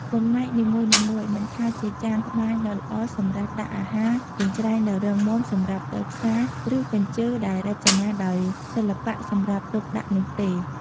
បំណែកនីមួយៗ មិនថាជាចានក្បានដ៏ល្អសម្រាប់ដាក់អាហារ កញ្រ្ចែងដ៏រឹងមាំសម្រាប់ទៅផ្សារ ឬកញ្ជើរដែលរចនាដោយសិល្បៈសម្រាប់ទុកដាក់នោះទេ។